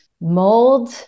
mold